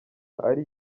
ari